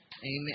Amen